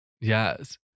Yes